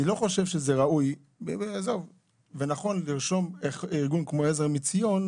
אני לא חושב שזה ראוי ונכון לרשום ארגון כמו עזר מציון,